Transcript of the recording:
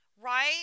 Right